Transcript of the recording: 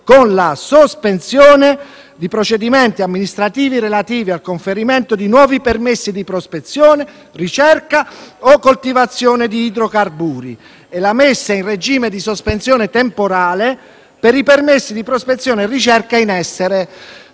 nella sospensione dei procedimenti amministrativi relativi al conferimento di nuovi permessi di prospezione, ricerca o coltivazione di idrocarburi e la messa in regime di sospensione temporale per i permessi di prospezione e ricerca in essere,